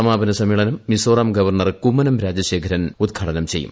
സമാപന സമ്മേളനം മിസോറാം ഗവർണർ കുമ്മനം രാജശേഖരൻ ഉദ്ഘാടം ചെയ്യും